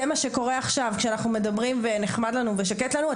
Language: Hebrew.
זה מה שקורה עכשיו כשאנחנו מדברים ונחמד לנו ושקט לנו.